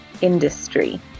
industry